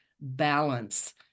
balance